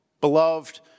Beloved